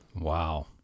Wow